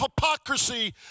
hypocrisy